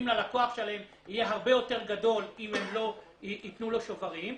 ללקוח שלהם יהיה הרבה יותר גדול אם הם לא ייתנו לו שוברים.